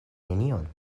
nenion